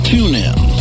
TuneIn